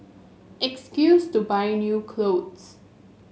excuse to buy new clothes